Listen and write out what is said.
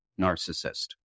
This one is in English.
narcissist